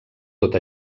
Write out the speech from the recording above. tot